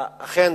ואכן,